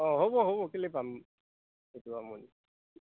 অঁ হ'ব হ'ব কেলে পাম সেইটো মই